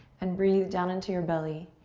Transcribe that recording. and breathe down into your belly.